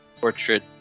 portrait